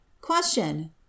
Question